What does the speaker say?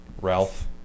Ralph